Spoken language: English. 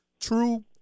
true